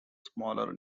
smaller